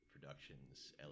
Productions